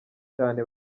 cyane